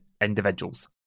individuals